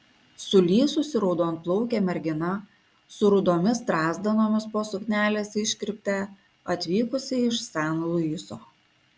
sulysusi raudonplaukė mergina su rudomis strazdanomis po suknelės iškirpte atvykusi iš san luiso